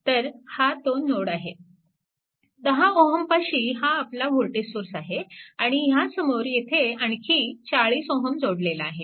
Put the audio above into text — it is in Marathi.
तर हा तो नोड आहे 10 Ω पाशी हा आपला वोल्टेज सोर्स आहे आणि ह्यासमोर येथे आणखी 40Ω जोडलेला आहे